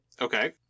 Okay